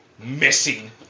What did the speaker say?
Missing